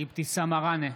אבתיסאם מראענה,